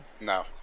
No